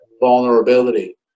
vulnerability